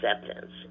acceptance